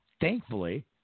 thankfully